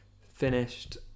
finished